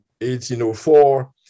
1804